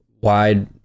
wide